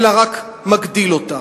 אלא גם מגדיל אותה,